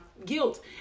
Guilt